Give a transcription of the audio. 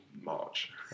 March